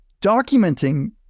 documenting